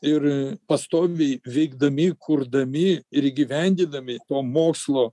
ir pastoviai veikdami kurdami ir įgyvendindami to mokslo